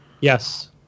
Yes